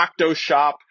Octoshop